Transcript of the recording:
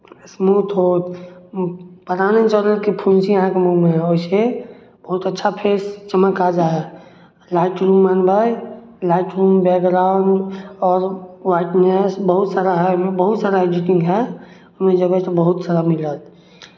smooth होत पता नहि चलत कि फुंसी अहाँके मुँहमे रहै छै बहुत अच्छा फेस चमक आ जाइ हए लाइट रूममे अनबै लाइट रूम बैकग्राउंड आओर वाइटनेस बहुत सारा हए बहुत सारा एडिटिंग हए ओहिमे जयबै तऽ बहुत सारा एडिटिंग मिलत